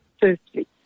firstly